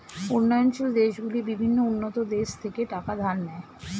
উন্নয়নশীল দেশগুলি বিভিন্ন উন্নত দেশ থেকে টাকা ধার নেয়